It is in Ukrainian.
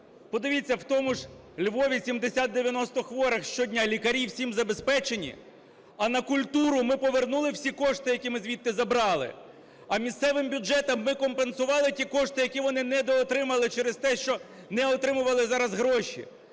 Подивіться, в тому ж Львові 70-90 хворих щодня. Лікарі всім забезпечені? А на культуру ми повернули всі кошти, які ми звідти забрали? А місцевим бюджетам ми компенсували ті кошти, які вони недоотримали через те, що не отримували зараз гроші?